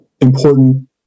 important